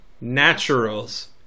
naturals